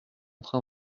train